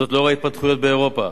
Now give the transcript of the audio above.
זאת לאור ההתפתחויות באירופה,